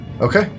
okay